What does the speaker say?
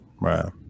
right